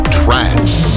trance